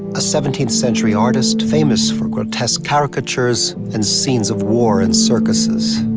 a seventeenth century artist famous for grotesque caricatures and scenes of war and circuses.